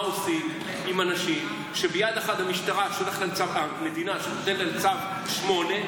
מה עושים עם אנשים שביד אחת המדינה נותנת להם צו 8,